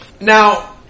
Now